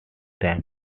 time